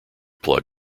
plug